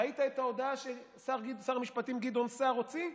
ראית את ההודעה ששר המשפטים גדעון סער הוציא?